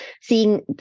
seeing